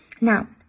Now